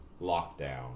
lockdown